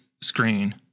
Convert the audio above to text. screen